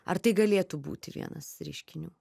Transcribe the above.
ar tai galėtų būti vienas reiškinių